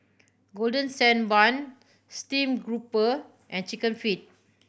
Golden Sand Bun steamed grouper and Chicken Feet